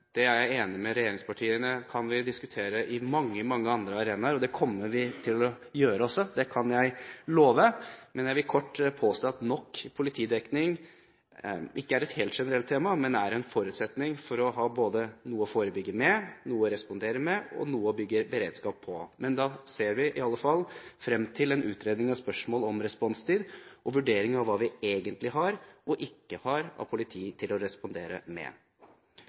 Det er jeg enig med regjeringspartiene i at vi kan diskutere på mange, mange andre arenaer, og det kommer vi til å gjøre også, det kan jeg love. Men jeg vil kort påstå at nok politidekning ikke er et helt generelt tema, men en forutsetning for å ha både noe å forebygge med, noe å respondere med og noe å bygge beredskap på. Vi ser i alle fall frem til en utredning av spørsmål om responstid og vurdering av hva vi egentlig har og ikke har av politi til å respondere med.